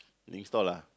drink stall lah